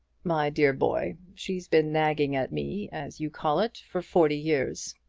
my dear boy, she's been nagging at me, as you call it, for forty years.